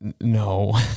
no